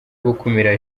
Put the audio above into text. gukumira